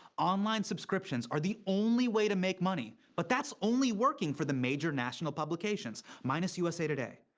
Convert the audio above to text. online subscriptions are the only way to make money. but that's only working for the major national publications. minus usa today.